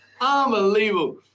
Unbelievable